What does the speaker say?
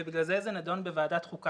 היא מדינית ובגלל זה זה נדון בוועדת חוקה